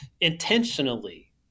intentionally